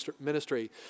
ministry